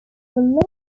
following